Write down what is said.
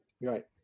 right